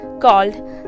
called